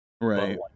Right